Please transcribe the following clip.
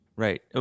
Right